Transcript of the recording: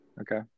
okay